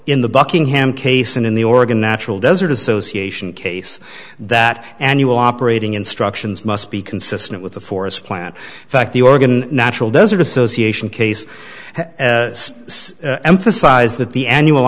in the buckingham case and in the oregon natural desert association case that annual operating instructions must be consistent with the forest plan fact the oregon natural desert association case is emphasized that the annual